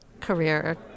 career